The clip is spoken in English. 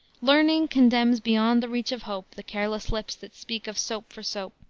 learning condemns beyond the reach of hope the careless lips that speak of soap for soap.